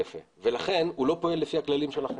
יפה, ולכן הוא לא פועל לפי הכללים שלכם.